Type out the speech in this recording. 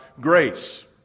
grace